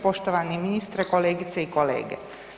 Poštovani ministre, kolegice i kolege.